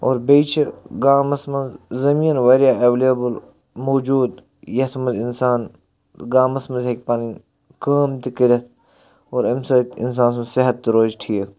اور بیٚیہِ چھِ گامَس منٛز زٔمیٖن واریاہ ایٚولیبٕل موٗجوٗد یَتھ منٛز اِنسان گامَس منٛز ہیکہِ پَنٕنۍ کٲم تہِ کٔرِتھ اور اَمہِ سۭتۍ اِنسان سُنٛد صِحت تہِ روزِ ٹھیٖک